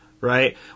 right